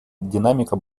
динамика